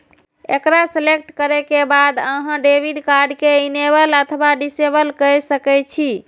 एकरा सेलेक्ट करै के बाद अहां डेबिट कार्ड कें इनेबल अथवा डिसेबल कए सकै छी